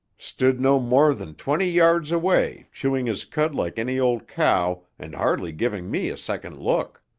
stood no more than twenty yards away, chewing his cud like any old cow and hardly giving me a second look.